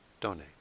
donate